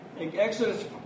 Exodus